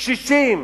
קשישים,